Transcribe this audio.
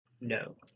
No